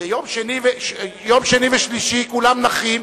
ביום שני ושלישי כולם נחים,